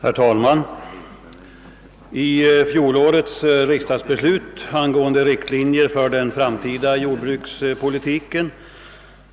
Herr talman! I fjolårets riksdagsbeslut om riktlinjer för den framtida jordbrukspolitiken